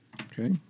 Okay